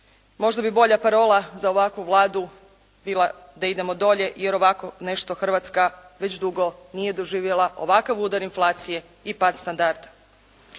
Možda bi bolja parola za ovakvu Vladu bila da "Idemo dolje" jer ovako nešto Hrvatska već dugo nije doživjela, ovakav udar inflacije i pad standarda.